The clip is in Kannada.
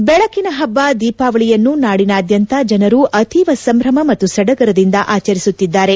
ಹೆಡ್ ಬೆಳಕಿನ ಹಬ್ಬ ದೀಪಾವಳಿಯನ್ನು ನಾಡಿನಾದ್ಯಂತ ಜನರು ಅತೀವ ಸಂಭ್ರಮ ಮತ್ತು ಸಡಗರದಿಂದ ಆಚರಿಸುತ್ತಿದ್ದಾರೆ